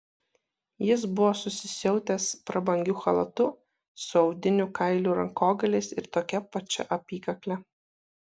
jis buvo susisiautęs prabangiu chalatu su audinių kailių rankogaliais ir tokia pačia apykakle